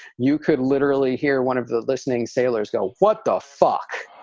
you could literally hear one of the listening sailors go, what the fuck?